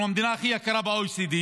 אנחנו המדינה הכי יקרה ב-OECD.